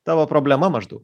tavo problema maždaug